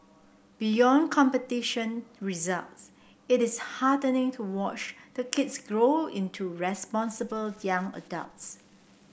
beyond competition results it is heartening to watch the kids grow into responsible young adults